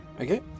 Okay